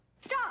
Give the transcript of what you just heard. Stop